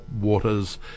waters